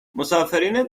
مسافرین